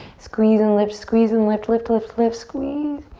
squeeze and lift, squeeze and lift. lift, lift, lift, squeeze.